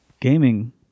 gaming